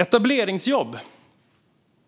Etableringsjobb,